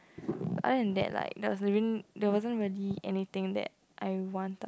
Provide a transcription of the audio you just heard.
other than that like there was~ there wasn't really anything that I want ah